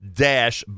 dash